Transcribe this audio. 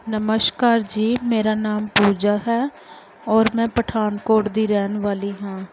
ਨਮਸਕਾਰ ਜੀ ਮੇਰਾ ਨਾਮ ਪੂਜਾ ਹੈ ਔਰ ਮੈਂ ਪਠਾਨਕੋਟ ਦੀ ਰਹਿਣ ਵਾਲੀ ਹਾਂ